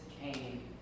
came